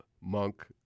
Monk